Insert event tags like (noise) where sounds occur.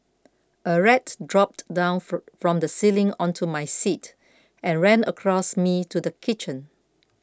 a rat dropped down (unintelligible) from the ceiling onto my seat and ran across me to the kitchen